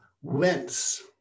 whence